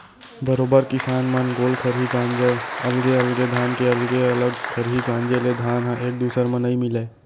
बरोबर किसान मन गोल खरही गांजय अलगे अलगे धान के अलगे अलग खरही गांजे ले धान ह एक दूसर म नइ मिलय